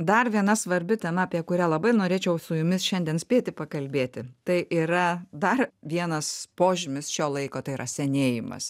dar viena svarbi tema apie kurią labai norėčiau su jumis šiandien spėti pakalbėti tai yra dar vienas požymis šio laiko tai yra senėjimas